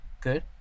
Good